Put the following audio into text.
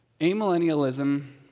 amillennialism